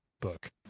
book